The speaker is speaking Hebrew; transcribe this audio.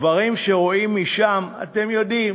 דברים שרואים משם, אתם יודעים.